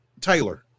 Taylor